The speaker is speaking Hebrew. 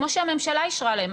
כמו שהממשלה אישרה להם.